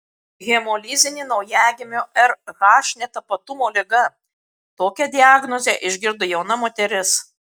hemolizinė naujagimių rh netapatumo liga tokią diagnozę išgirdo jauna moteris